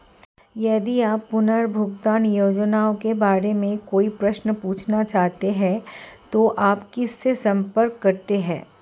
यदि आप पुनर्भुगतान योजनाओं के बारे में कोई प्रश्न पूछना चाहते हैं तो आप किससे संपर्क करते हैं?